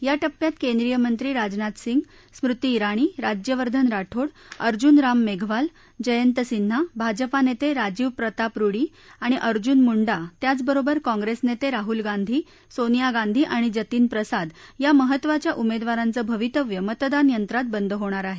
या टप्प्यात केंद्रीय मंत्री राजनाथ सिंग स्मृती ित्राणी राज्यवर्धन राठोड अर्जुन राम मेघवाल जयंत सिन्हा भाजपा नेते राजीव प्रताप रुडी आणि अर्जुन मुंडा त्याचवरोबर काँग्रेस नेते राहूल गांधी सोनिया गांधी आणि जतीन प्रसाद या महत्त्वाच्या उमेदवारांच भवितव्य मतदान यंत्रात बंद होणार आहे